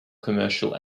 commercial